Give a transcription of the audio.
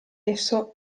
esso